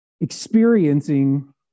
experiencing